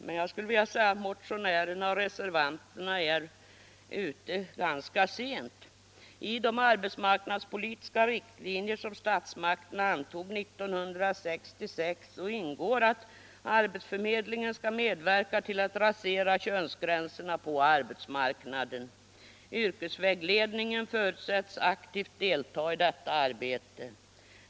Men motionärerna och reservanten är enligt min mening sent ute. I de arbetsmarknadspolitiska riktlinjer som statsmakterna antog 1966 ingår att arbetsförmedlingen skall medverka till att rasera -.könsgränserna på arbetsmarknaden. Yrkesvägledningen förutsätts aktivt delta i detta arbete.